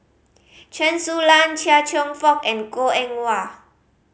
Chen Su Lan Chia Cheong Fook and Goh Eng Wah